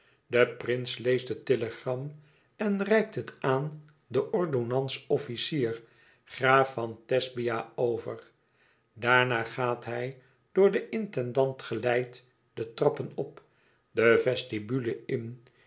de prins leest het telegram en reikt het aan den ordonnans-officier graaf van thesbia over daarna gaat hij door den intendant geleid de trappen op de vestibule in